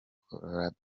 colorado